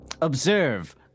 observe